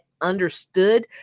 understood